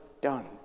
done